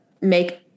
make